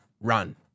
run